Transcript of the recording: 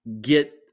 get